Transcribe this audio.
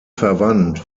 verwandt